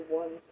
one